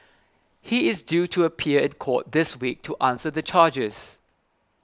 he is due to appear court this week to answer the charges